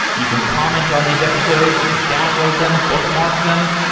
you can comment on these episodes. you can download them, bookmark them.